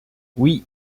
oui